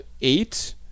eight